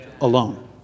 alone